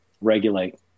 regulate